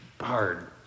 hard